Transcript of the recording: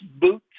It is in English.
boot